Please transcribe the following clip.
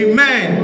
Amen